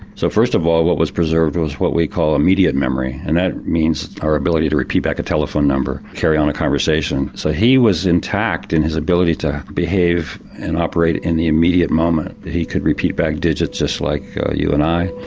so first of all what was preserved was what we call immediate memory and that means our ability to repeat back a telephone number, carry on a conversation so he was intact in his ability to behave and operate in the immediate moment. he could repeat back digits just like ah you and i,